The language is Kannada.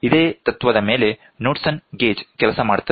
ಇದೇ ತತ್ವದ ಮೇಲೆ ಕ್ನುಡ್ಸೆನ್ ಗೇಜ್ ಕೆಲಸ ಮಾಡುತ್ತದೆ